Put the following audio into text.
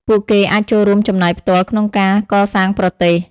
ពួកគេអាចចូលរួមចំណែកផ្ទាល់ក្នុងការកសាងប្រទេស។